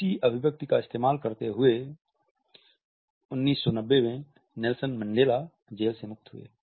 इसी अभिव्यक्ति का इस्तेमाल करते हुए 1990 में नेल्सन मंडेला जेल से मुक्त हुए